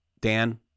dan